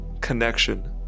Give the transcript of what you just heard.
connection